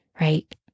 right